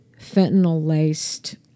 fentanyl-laced